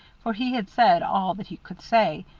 for he had said all that he could say,